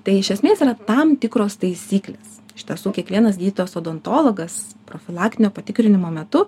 tai iš esmės yra tam tikros taisyklės iš tiesų kiekvienas gydytojas odontologas profilaktinio patikrinimo metu